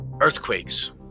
Earthquakes